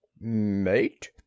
Mate